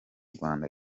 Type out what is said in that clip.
rwanda